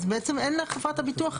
אז בעצם אין לחברת הביטוח,